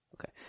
Okay